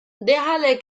dejale